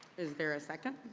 is there a second?